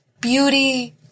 beauty